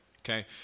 okay